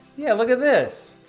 yeah, look at this!